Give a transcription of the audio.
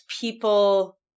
people